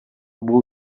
бул